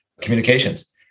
communications